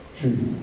truth